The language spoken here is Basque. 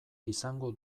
izango